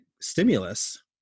stimulus